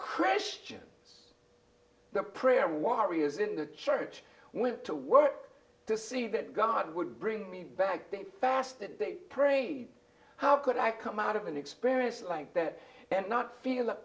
christian the prayer warriors in the church went to work to see that god would bring me back that fast that they prayed how could i come out of an experience like that and not feel